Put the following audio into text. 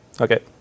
Okay